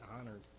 honored